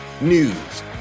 news